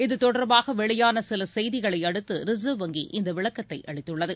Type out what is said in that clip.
இதுதொடர்பாக வெளியான சில செய்திகளை அடுத்து ரிசர்வ் வங்கி இந்த விளக்கத்தை அளித்துள்ளது